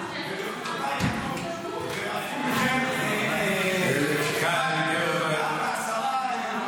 "ורדפו מכם חמשה מאה ומאה מכם רבבה יִרדֹפוּ".